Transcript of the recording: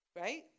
Right